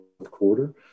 quarter